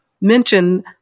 Mention